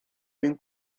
mewn